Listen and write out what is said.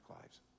lives